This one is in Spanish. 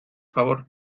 favor